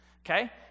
okay